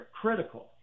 critical